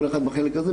כל אחד במקרה כזה,